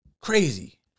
crazy